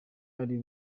bari